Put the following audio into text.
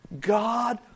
God